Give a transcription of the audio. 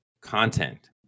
content